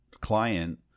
client